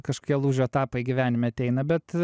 kažkokie lūžio etapai gyvenime ateina bet